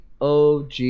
OG